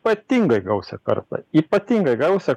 ypatingai gausią kartą ypatingai gausią